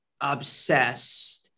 obsessed